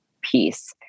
piece